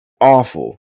awful